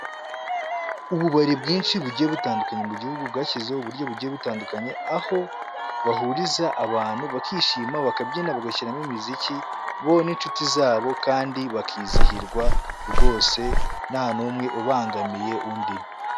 Ububari bwinshi bugiye butandukanye mu gihugu bwashyizeho uburyo bugiye butandukanye, aho bahuriza abantu bakishima bakabyina, bagashyiramo imiziki bo n'inshuti zabo kandi bakizihirwa rwose nta n'umwe ubangamiye undi.